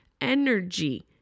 energy